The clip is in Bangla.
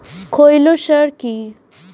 খৈল সার কি?